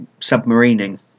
submarining